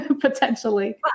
potentially